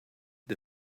the